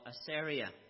Assyria